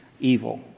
evil